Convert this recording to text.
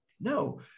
No